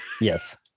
Yes